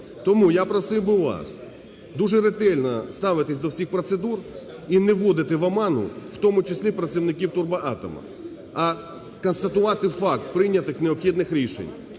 Тому я просив би вас дуже ретельно ставитись до всіх процедур і не вводити в оману, в тому числі працівників "Турбоатома", а констатувати факт прийнятих необхідних рішень.